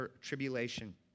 tribulation